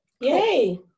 yay